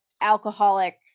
alcoholic